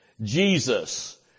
Jesus